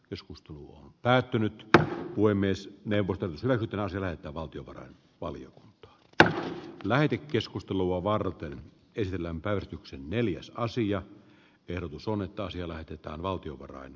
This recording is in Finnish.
keskustelu on päättynyt tätä voi myös levoton veri tila sillä että valtio tulee paljon että lähetekeskustelua varten esillä on päästy neljäs sija erotus on että asia lähetetään valtionvarain